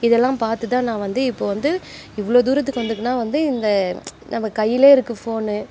இதெல்லாம் பார்த்து தான் நான் வந்து இப்போது வந்து இவ்வளோ தூரத்துக்கு வந்திருக்குன்னா வந்து இந்த நம்ம கையிலே இருக்குது ஃபோனு